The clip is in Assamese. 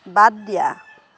বাদ দিয়া